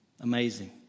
Amazing